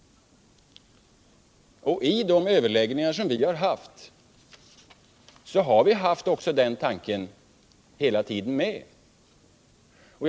I de överläggningar som vi har fört har vi också hela tiden haft den tanken med.